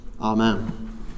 Amen